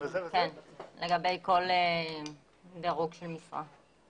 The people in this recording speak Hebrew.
כן, לגבי כל דירוג של משרה.